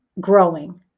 growing